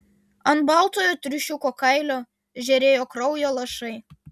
ant baltojo triušiuko kailio žėrėjo kraujo lašai